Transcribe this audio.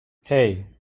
hey